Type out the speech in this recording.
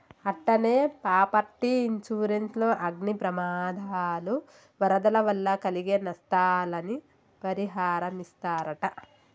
అట్టనే property insurance లో అగ్ని ప్రమాదాలు, వరదల వల్ల కలిగే నస్తాలని పరిహారమిస్తరట